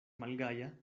malgaja